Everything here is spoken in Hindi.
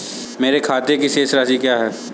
मेरे खाते की शेष राशि क्या है?